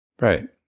Right